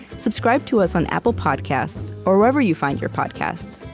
subscribe to us on apple podcasts or wherever you find your podcasts.